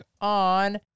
on